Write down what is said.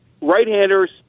right-handers